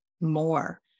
more